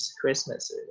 Christmas